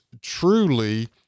truly